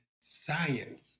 science